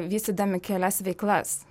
vystydami kelias veiklas